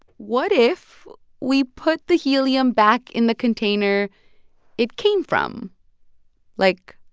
what if we put the helium back in the container it came from like,